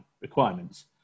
requirements